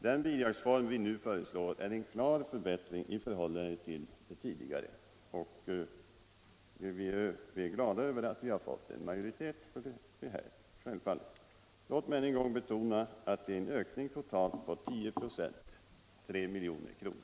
Den bidragsform som vi nu föreslår är en klar förbättring i förhållande till den tidigare, och vi är självfallet glada för att vi har fått majoritet för det förslaget. Låt mig än en gång betona att det är en ökning på 10 96, dvs. totalt 3 milj.kr.